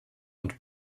und